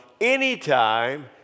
anytime